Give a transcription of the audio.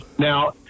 Now